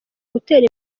gutera